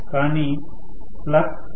కాని ఫ్లక్స్ తగ్గిపోతుంది